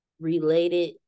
related